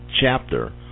chapter